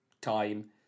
time